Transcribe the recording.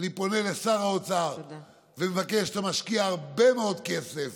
אני פונה לשר האוצר ומבקש: אתה משקיע הרבה מאוד כסף